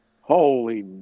Holy